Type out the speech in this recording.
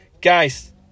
Guys